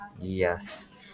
Yes